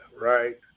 right